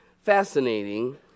fascinating